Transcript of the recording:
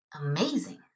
Amazing